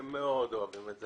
הם מאוד אוהבים את זה.